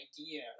idea